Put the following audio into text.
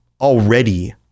already